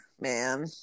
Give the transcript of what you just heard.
man